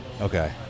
Okay